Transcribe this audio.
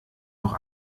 noch